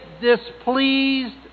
displeased